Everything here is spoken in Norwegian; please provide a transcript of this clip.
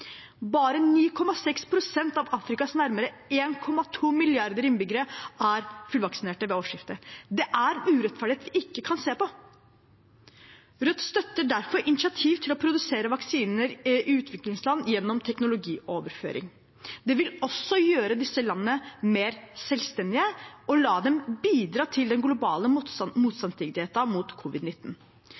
Bare 9,6 pst. av Afrikas nærmere 1,2 milliarder innbyggere er fullvaksinert ved årsskiftet. Det er en urettferdighet vi ikke kan se på. Rødt støtter derfor initiativ til å produsere vaksiner i utviklingsland gjennom teknologioverføring. Det vil også gjøre disse landene mer selvstendige og la dem bidra til den globale motstandsdyktigheten mot